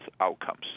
outcomes